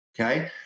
Okay